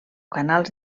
canals